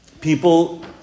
people